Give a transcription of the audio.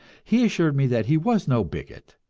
he assured me that he was no bigot,